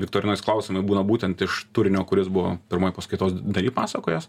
viktorinos klausimai būna būtent iš turinio kuris buvo pirmoj paskaitos daly pasakojęs